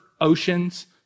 oceans